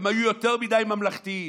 הם היו יותר מדי ממלכתיים,